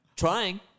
Trying